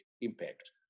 impact